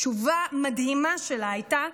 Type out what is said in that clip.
תשובה מדהימה שלה, הייתה: